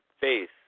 face